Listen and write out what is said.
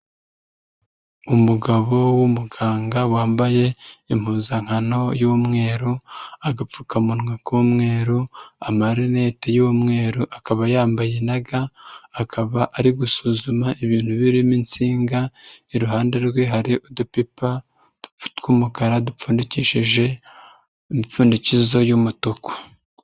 Umugabo w'umuganga wambaye impuzankano y'umweru, agapfukamunwa k'umweru, amarinete y'umweru akaba yambaye na ga, akaba ari gusuzuma ibintu birimo insinga, iruhande rwe hari udupipa tw'umukara dupfundikishije imipfundikizo y'umutuku.